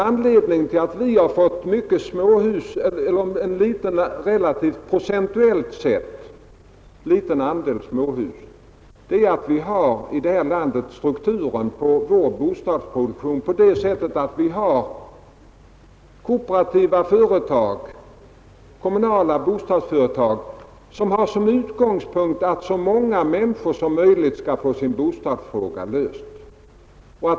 Anledningen till att vi har fått en procentuellt sett liten andel småhus är självfallet också strukturen på vår bostadsproduktion. Vi har kooperativa företag och kommunala bostadsföretag som har som utgångspunkt att så många människor som möjligt skall få sin bostadsfråga löst.